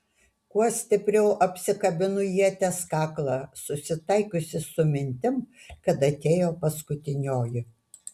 kuo stipriau apsikabinu ieties kaklą susitaikiusi su mintim kad atėjo paskutinioji